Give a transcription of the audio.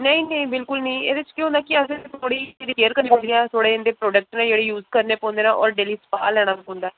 नेईं नेईं बिल्कुल नेईं एह्दे च केह् हुंदा कि असें थोह्ड़ी केयर करनी पौंदी थ्होड़े इं'दे जेह्ड़े प्रोडक्ट न ओह् यूज करने पौंदे होर ड़ेह्ली स्पाऽ लैना पौंदा ऐ